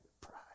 pride